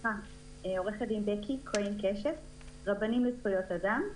אני עורכת הדין בקי כהן קשת מארגון רבנים לזכויות אדם.